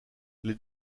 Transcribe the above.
les